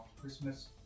Christmas